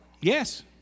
Yes